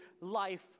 life